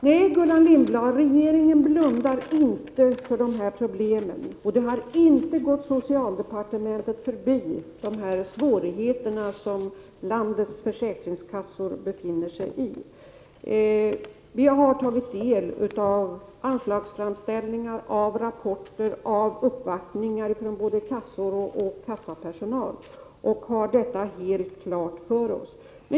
Nej, Gullan Lindblad, regeringen blundar inte för dessa problem, och de 111 svårigheter som landets försäkringskassor befinner sig i har inte gått socialdepartementet förbi. Vi i regeringen har tagit del av anslagsframställningar, rapporter och uppvaktningar från både kassor och kassapersonal och har detta helt klart för oss.